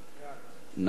נא להצביע.